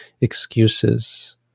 excuses